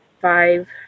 five